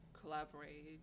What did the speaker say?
collaborate